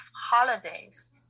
holidays